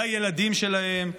לילדים שלהם,